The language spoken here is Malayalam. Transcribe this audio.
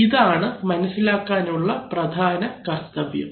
ഇതാണ് മനസ്സിലാക്കാനുള്ള പ്രധാന കർത്തവ്യം